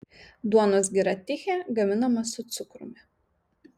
duonos gira tichė gaminama su cukrumi